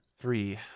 three